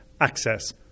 access